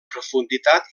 profunditat